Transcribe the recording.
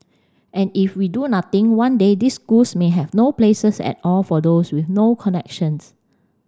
and if we do nothing one day these schools may have no places at all for those with no connections